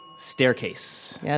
Staircase